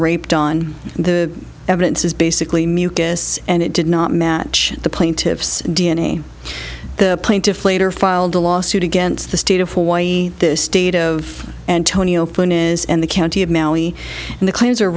raped on the evidence is basically mucous and it did not match the plaintiff's d n a the plaintiff later filed a lawsuit against the state of hawaii this state of antonio openness and the county of maui and the claims are